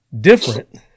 different